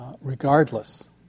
regardless